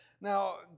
Now